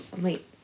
wait